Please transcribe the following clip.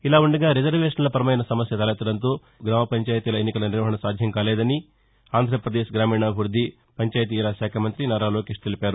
ఇలా ఉండగా రిజర్వేషన్ల పరమైన సమస్య తలెత్తడంతో ఎన్నికలు గ్రామ పంచాయితీల ఎన్నికల నిర్వహణ సాధ్యంకాలేదని ఆంధ్రపదేశ్ గ్రామీణాభివృద్ది పంచాయితీరాజ్ శాఖా మంత్రి నారా లోకేష్ తెలిపారు